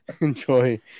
enjoy